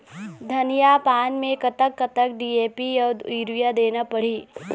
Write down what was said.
धनिया पान मे कतक कतक डी.ए.पी अऊ यूरिया देना पड़ही?